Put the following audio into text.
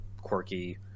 quirky